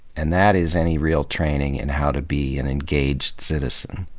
and that is any real training in how to be an engaged citizen.